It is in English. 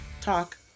talk